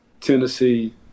Tennessee